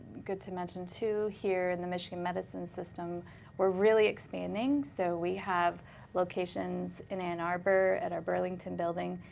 good to mention too, here in the michigan medicine system we're really expanding, so we have locations in ann arbor, at our burlington building,